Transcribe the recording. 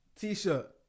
t-shirt